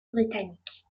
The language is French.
britannique